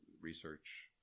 research